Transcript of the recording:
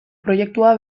proiektua